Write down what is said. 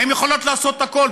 הן יכולות לעשות הכול,